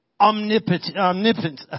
Omnipotent